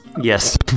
Yes